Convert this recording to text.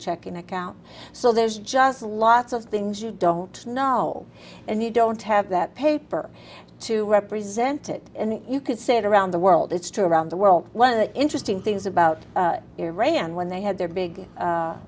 checking account so there's just lots of things you don't know and you don't have that paper to represent it and you can sit around the world it's true around the world one of the interesting things about iran when they had their